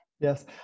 yes